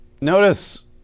Notice